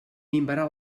minvarà